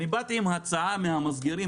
אני באתי עם הצעה מהמסגרים,